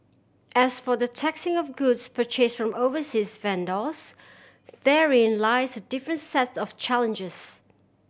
as for the taxing of goods purchase from overseas vendors therein lies a different sets of challenges